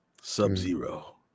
Sub-Zero